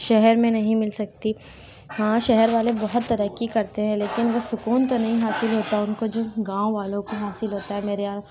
شہر میں نہیں مل سکتی ہاں شہر والے بہت ترقی کرتے ہیں لیکن جو سکون تو نہیں حاصل ہوتا ان کو جو گاؤں والوں کو حاصل ہوتا ہے میرے یہاں